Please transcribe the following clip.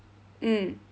mm